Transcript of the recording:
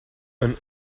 een